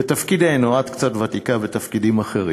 בתפקידנו,